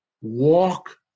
walk